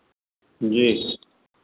जी